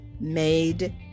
made